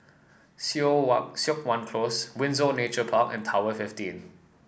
Siok Wan Close Windsor Nature Park and Tower Fifteen